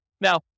Now